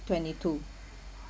twenty-two